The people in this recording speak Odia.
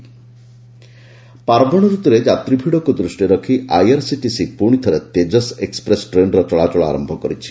ତେକସ୍ ପାର୍ବଶ ଋତୁରେ ଯାତ୍ରୀ ଭିଡକୁ ଦୃଷ୍ଟିରେ ରଖି ଆଇଆରସିଟିସି ପୁଣିଥରେ ତେଜସ୍ ଏକ୍ଟ୍ରେସ୍ ଟ୍ରେନ୍ର ଚଳାଚଳ ଆରମ୍ଭ କରିଛି